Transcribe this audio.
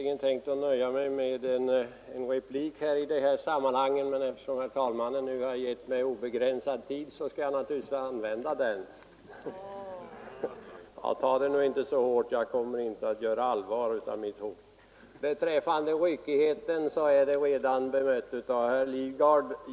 Herr talman! Jag hade egentligen tänkt nöja mig med en replik, men eftersom herr talmannen nu givit mig obegränsad tid, frestas jag naturligtvis att använda den. Ta det emellertid inte så hårt. Jag kommer inte att göra allvar av mitt hot. Talet om ryckighet är redan bemött av herr Lidgard.